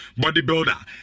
bodybuilder